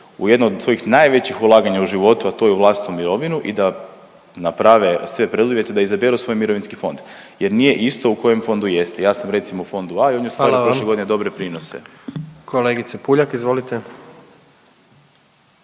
u jedno od svojih najvećih ulaganja u životu, a to je u vlastitu mirovinu i da naprave sve preduvjete da izaberu svoj mirovinski fond jer nije isto u kojem fondu jeste. Ja sam recimo u fondu A i on …/Upadica predsjednik: Hvala